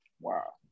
Wow